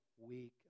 week